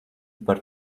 par